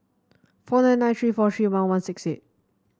four nine nine three four three one one six eight